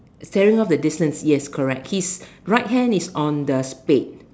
staring off the distance his right hand is on the spade